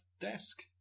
desk